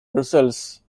brussels